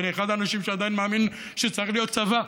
ואני אחד האנשים שעדיין מאמינים שצריך להיות צבא,